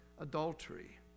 adultery